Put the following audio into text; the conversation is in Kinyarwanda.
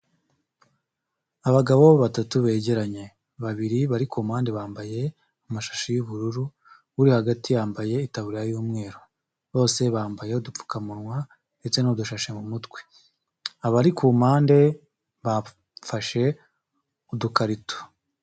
Abagabo batatu begeranye babiri bari ku mpande bambaye amashi y'ubururu uri hagati yambaye itaburiya y'umweru bose bambaye udupfukamunwa ndetse n'udushashi mu mutwe, abari ku mpande bafashe udukarito.